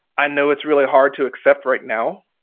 i know it's really hard to accept right now,